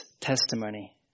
testimony